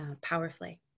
powerfully